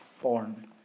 born